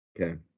Okay